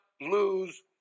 lose